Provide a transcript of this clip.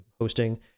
hosting